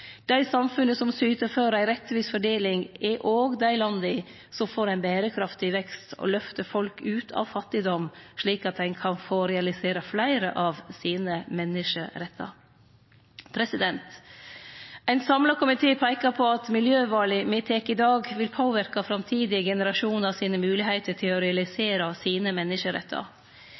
Dei samfunna som syter for ei rettvis fordeling, er òg dei landa som får ein berekraftig vekst og løftar folk ut av fattigdom, slik at ein kan få realisere fleire av sine menneskerettar. Ein samla komité peikar på at miljøvala me tek i dag, vil påverke framtidige generasjonar sine moglegheiter til å realisere sine menneskerettar.